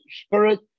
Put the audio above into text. spirit